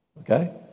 Okay